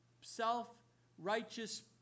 self-righteous